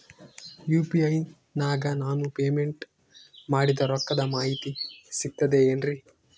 UPI ನಾಗ ನಾನು payment ಮಾಡಿದ ರೊಕ್ಕದ ಮಾಹಿತಿ ಸಿಕ್ತದೆ ಏನ್ರಿ?